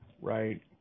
Right